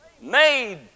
made